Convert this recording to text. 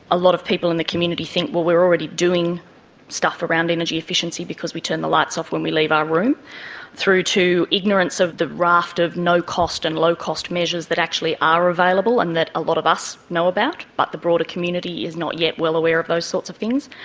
a lot of people in the community think, well, we're already doing stuff around energy efficiency because we turn the lights off when we leave our room through to ignorance of the raft of no-cost and low-cost measures that actually are available and that a lot of us know about but the broader community is not yet well aware of those sorts of things.